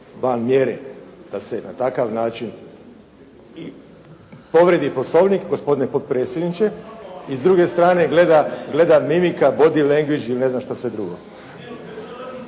van mjere da se na takav način i povrijedi Poslovnik gospodine potpredsjedniče i s druge strane gleda, mimika, body leanguag i ne znam što sve drugo.